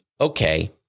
okay